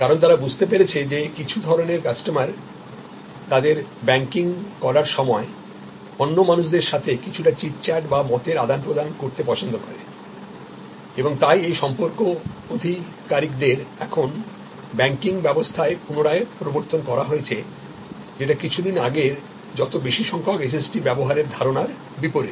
কারণ তারা বুঝতে পেরেছে যে কিছু ধরনের কাস্টমার তাদের ব্যাংকিং করার সময় অন্য মানুষদের সাথে কিছুটা চিট চ্যাট বা মতের আদান প্রদান করতে পছন্দ করে এবং তাই এই সম্পর্ক আধিকারিকদের এখন ব্যাংকিং ব্যবস্থায় পুনরায় প্রবর্তন করা হয়েছে যেটা কিছুদিন আগের যত বেশি সংখ্যক SST ব্যবহার এর ধারনার বিপরীত